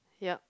ya